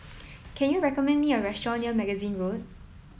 can you recommend me a restaurant near Magazine Road